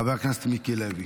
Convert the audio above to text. חבר הכנסת מיקי לוי.